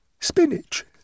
Spinach